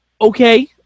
okay